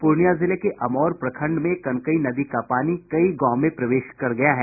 पूर्णियां जिले के अमौर प्रखंड में कनकई नदी का पानी कई गांव में प्रवेश कर गया है